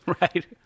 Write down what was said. Right